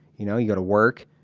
you know, you go to work.